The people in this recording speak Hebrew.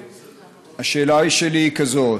השאלה שלי היא כזאת: